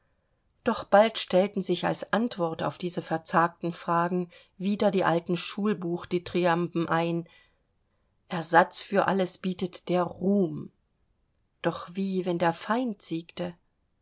doch bald stellten sich als antwort auf diese verzagten fragen wieder die alten schulbuchdithyramben ein ersatz für alles bietet der ruhm doch wie wenn der feind siegte